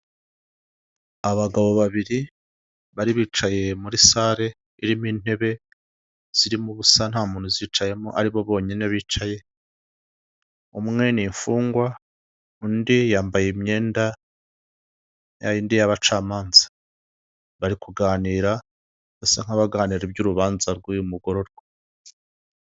Abagabo babiri bari bicaye muri salle irimo intebe zirimo ubusa nta muntu uzicayemo aribo bonyine bicaye umwe ni imfungwa undi yambaye imyenda y'abacamanza bari kuganira basa nk'abaganira iby'urubanza rw'uyu mugororwa.